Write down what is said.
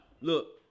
Look